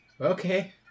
Okay